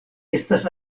estas